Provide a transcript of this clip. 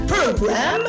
Program